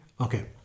Okay